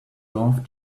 love